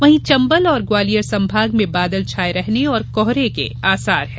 वहीं चंबल और ग्वालियर संभाग में बादल छाये रहने और कोहरे के आसार हैं